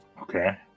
okay